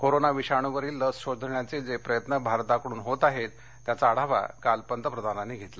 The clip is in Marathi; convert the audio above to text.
कोरोना विषाणूवरील लस शोधण्याचे जे प्रयत्न भारताकडून होत आहेत त्यांचा आढावा काल पंतप्रधानांनी घेतला